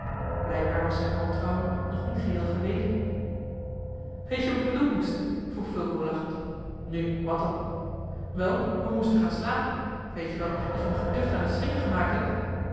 blijkbaar was zijn wantrouwen nog niet geheel geweken weet-je wat we doen moesten vroeg fulco lachend nu wat dan wel we moesten gaan slapen weet-je wel dat je me geducht aan het schrikken gemaakt hebt